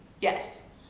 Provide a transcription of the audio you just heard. Yes